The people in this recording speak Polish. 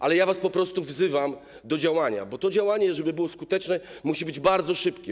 Ale ja po prostu wzywam was do działania, bo to działanie, żeby było skuteczne, musi być bardzo szybkie.